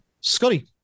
Scotty